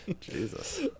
Jesus